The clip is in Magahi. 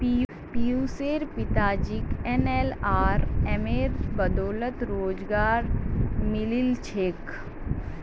पियुशेर पिताजीक एनएलआरएमेर बदौलत रोजगार मिलील छेक